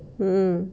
mm mm